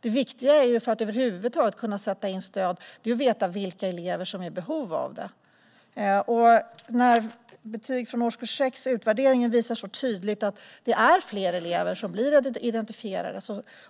Det viktiga för att över huvud taget kunna sätta in stöd är att veta vilka elever som är i behov av det. När utvärderingen av betyg från årskurs 6 så tydligt visar att det är fler elever som blir identifierade